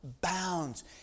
bounds